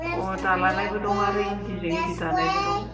अह दालानायबो दं आरो इन्दिजों इन्दि दानायबो दं